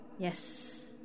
Yes